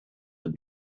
had